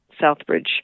Southbridge